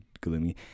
gloomy